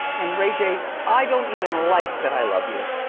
and ray j, i don't even like that i love you.